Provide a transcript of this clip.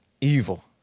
evil